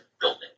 building